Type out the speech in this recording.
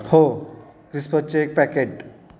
हो क्रिस्पचे एक पॅकेट